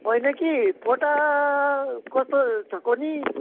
होइन कि पोटा कस्तो छ कोनि